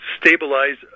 stabilize